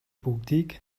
бүгдийг